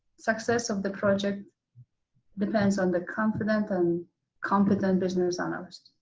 success of the project depends on the confident and competent business analysts.